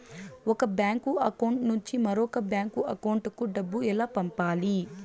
ఒక bank account నుంచి మరొక బ్యాంకు అకౌంట్ కు డబ్బు ఎలా పంపాలి